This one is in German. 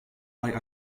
bei